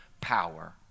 power